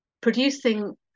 producing